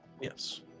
Yes